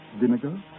vinegar